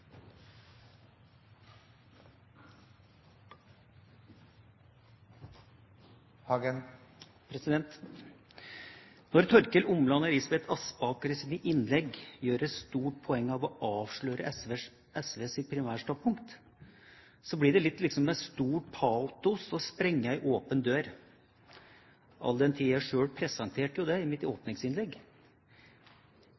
Når Torkil Åmland og Elisabeth Aspaker i sine innlegg gjør et stort poeng av å avsløre SVs primærstandpunkt, blir det som med stor patos å sprenge en åpen dør, all den tid jeg selv presenterte det i mitt